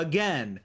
Again